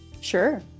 Sure